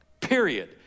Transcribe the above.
period